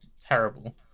terrible